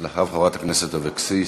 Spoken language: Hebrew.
אחריו, חברת הכנסת לוי אבקסיס,